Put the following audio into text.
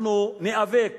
אנחנו ניאבק